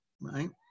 Right